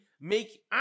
make